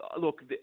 Look